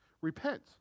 Repent